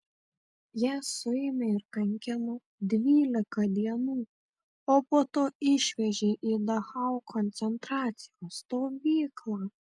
ją suėmė ir kankino dvylika dienų o po to išvežė į dachau koncentracijos stovyklą